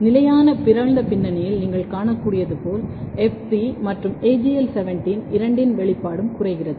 நிலையான பிறழ்ந்த பின்னணியில் நீங்கள் காணக்கூடியது போல FT மற்றும் AGL17 இரண்டின் வெளிப்பாடும் குறைகிறது